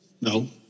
No